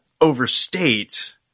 overstate